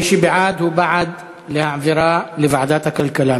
מי שבעד הוא בעד להעבירה לוועדת הכלכלה.